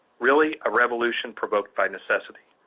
really, a revolution provoked by necessity.